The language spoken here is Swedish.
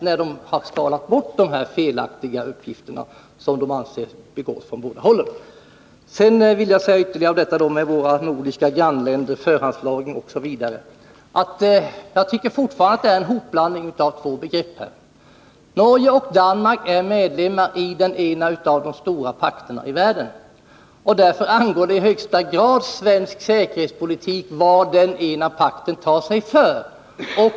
När man har skalat bort de felaktiga uppgifter som man anser lämnas från båda hållen, är ju slutsatsen den att USA rustar mest och drar ifrån. I fråga om våra nordiska grannländer, förhandslagring osv. tycker jag fortfarande att det är en hopblandning av två begrepp. Norge och Danmark är medlemmar i den ena av de stora pakterna i världen. Därför angår det i högsta grad svensk säkerhetspolitik vad den ena pakten tar sig för.